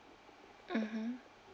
mmhmm